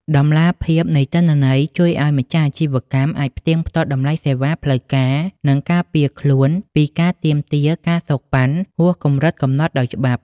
តម្លាភាពនៃទិន្នន័យ ជួយឱ្យម្ចាស់អាជីវកម្មអាចផ្ទៀងផ្ទាត់តម្លៃសេវាផ្លូវការ និងការពារខ្លួនពីការទាមទារ ការសូកប៉ាន់ ហួសកម្រិតកំណត់ដោយច្បាប់។